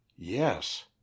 Yes